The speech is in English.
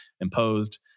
imposed